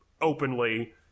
openly